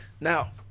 now